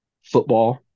football